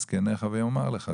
זקניך ויאמרו לך״.